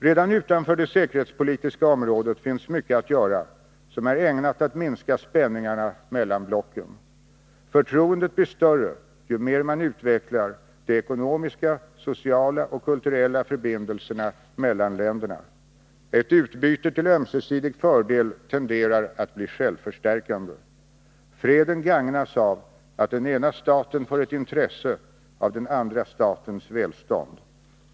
Redan utanför det säkerhetspolitiska området finns mycket att göra som är ägnat att minska spänningarna mellan blocken. Förtroendet blir större ju mer man utvecklar de ekonomiska, sociala och kulturella förbindelserna mellan länderna. Ett utbyte till ömsesidig fördel tenderar att bli självförstärkande. Freden gagnas av att den ena staten får ett intresse av den andra statens välstånd.